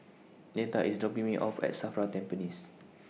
Neta IS dropping Me off At SAFRA Tampines